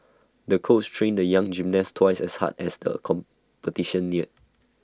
the coach trained the young gymnast twice as hard as the competition neared